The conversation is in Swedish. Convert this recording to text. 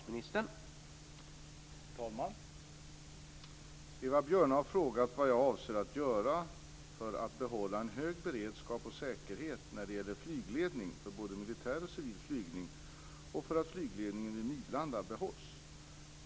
Herr talman! Eva Björne har frågat vad jag avser att göra för att behålla en hög beredskap och säkerhet när det gäller flygledning för både militär och civil flygning och för att flygledningen vid Midlanda behålls.